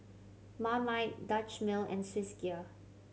Marmite Dutch Mill and Swissgear